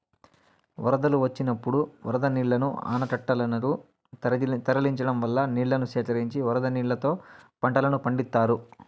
వరదలు వచ్చినప్పుడు వరద నీళ్ళను ఆనకట్టలనకు తరలించడం వల్ల నీళ్ళను సేకరించి వరద నీళ్ళతో పంటలను పండిత్తారు